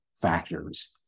factors